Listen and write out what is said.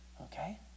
okay